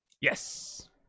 Yes